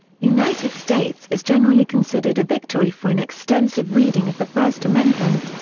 united states is generally considered a victory for an extensive reading of the first amendment,